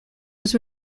was